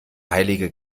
heilige